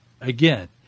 again